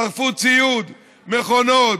תודה רבה.